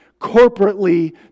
corporately